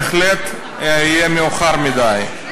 בהחלט יהיה מאוחר מדי.